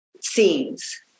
scenes